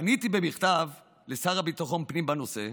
פניתי במכתב לשר לביטחון הפנים בנושא,